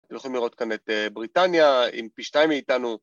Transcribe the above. יכולים לראות כאן את בריטניה, היא פי שתיים מאיתנו...